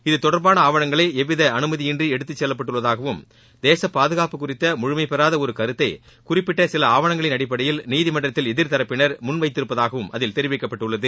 து தொடர்பாள ஆவணங்களை எவ்வித அனுமதியின்றி எடுத்து செல்லப்பட்டுள்ளதாகவும் தேசப் பாதுகாப்பு குறித்த முழுமை பெறாத ஒரு கருத்தை குறிப்பிட்ட சில ஆவணங்களின் அடிப்படையில் நீதிமன்றத்தில் எதிர் தரப்பினர் முன் வைத்திருப்பதாகவும் அதில் தெரிவிக்கப்பட்டுள்ளது